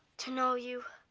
to know you,